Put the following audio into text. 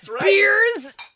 beers